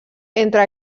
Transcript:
entre